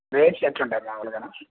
rates ఎట్లుంటాయి మాములుగా